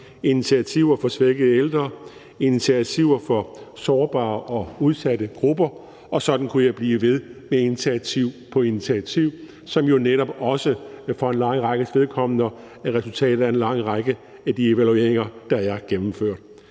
initiativer for svækkede ældre og initiativer for sårbare og udsatte grupper. Sådan kunne jeg blive ved med initiativ på initiativ, som jo netop også for en lang rækkes vedkommende er resultatet af en lang række af de evalueringer, der er gennemført.